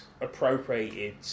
appropriated